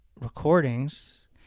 recordings